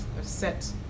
set